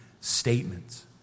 statements